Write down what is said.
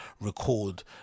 record